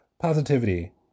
positivity